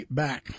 back